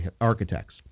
architects